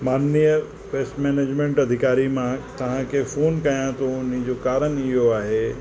माननीय पेस मेनेजमेंट अधिकारी मां तव्हां खे फ़ोन कयां थो उन्ही जो कारणु इहो आहे